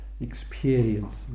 experience